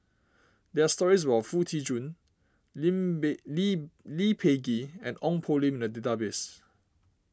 there are stories about Foo Tee Jun Lim Peh Lee Peh Gee and Ong Poh Lim in the database